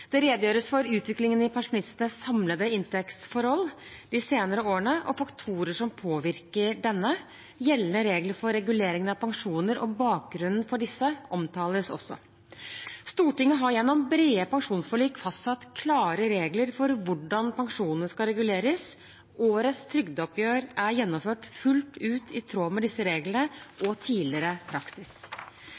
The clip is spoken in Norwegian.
Det redegjøres for utviklingen i pensjonistenes samlede inntektsforhold de senere årene og faktorer som påvirker denne. Gjeldende regler for reguleringen av pensjoner og bakgrunnen for disse omtales også. Stortinget har gjennom brede pensjonsforlik fastsatt klare regler for hvordan pensjonene skal reguleres. Årets trygdeoppgjør er gjennomført fullt ut i tråd med disse reglene og tidligere praksis.